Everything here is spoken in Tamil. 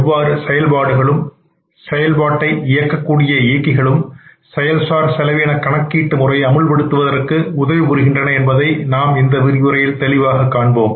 எவ்வாறு செயல்பாடுகளும் செயல்பாட்டை இயக்கக்கூடிய இயக்கிகளும் செயல்சார் செலவின கணக்கீட்டு முறையை அமுல்படுத்துவதற்கு எவ்வாறு உதவி புரிகின்றது என்பதை நாம் இந்த விரிவுரையில் காண்போம்